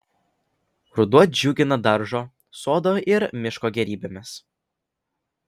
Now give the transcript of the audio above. ruduo džiugina daržo sodo ir miško gėrybėmis